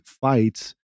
fights